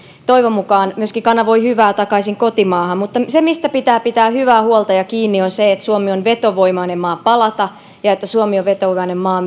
toivon mukaan kanavoi hyvää myöskin takaisin kotimaahan mutta se mistä pitää pitää hyvää huolta ja kiinni on se että suomi on vetovoimainen maa palata ja että suomi on vetovoimainen maa